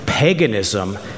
Paganism